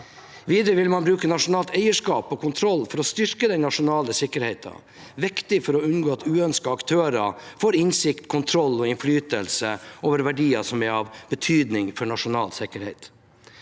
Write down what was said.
Videre vil man bruke nasjonalt eierskap og kontroll for å styrke den nasjonale sikkerheten. Det er viktig for å unngå at uønskede aktører får innsikt, kontroll og innflytelse over verdier som er av betydning for nasjonal sikkerhet.